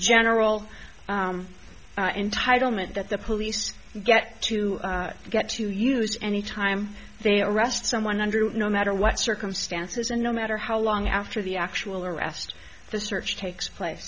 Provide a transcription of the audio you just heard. general entitlement that the police get to get to use any time they arrest someone under no matter what circumstances and no matter how long after the actual arrest the search takes place